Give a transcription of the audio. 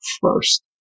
first